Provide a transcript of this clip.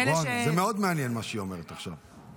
רון, זה מאוד מעניין, מה שהיא אומרת עכשיו.